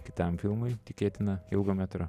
kitam filmui tikėtina ilgo metro